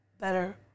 better